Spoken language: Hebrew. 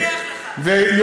תגור בבית שאן,